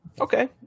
Okay